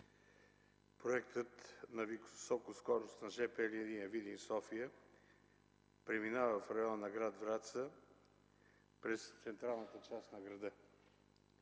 Проектът на високоскоростна железопътна линия Видин-София преминава в района на гр. Враца през централната част на града.